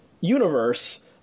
universe